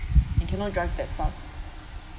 and cannot drive that fast